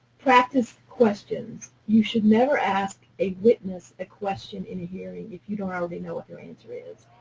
practice questions. you should never ask a witness a question in a hearing if you don't already know what their answer is.